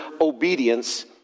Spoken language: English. obedience